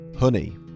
honey